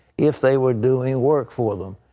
if they were doing work for them.